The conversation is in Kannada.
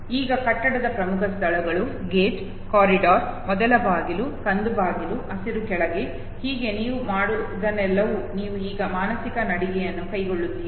ಈಗ ಕಟ್ಟಡದ ಪ್ರಮುಖ ಸ್ಥಳಗಳು ಗೇಟ್ ಕಾರಿಡಾರ್ ಮೊದಲ ಬಾಗಿಲು ಕಂದು ಬಾಗಿಲು ಹಸಿರು ಕೆಳಗೆ ಹೀಗೆ ನೀವು ಮಾಡುವುದೆಲ್ಲವೂ ನೀವು ಈಗ ಮಾನಸಿಕ ನಡಿಗೆಯನ್ನು ಕೈಗೊಳ್ಳುತ್ತೀರಿ